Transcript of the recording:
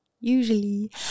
Usually